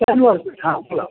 लागू हाॅस्पिटल हां बोला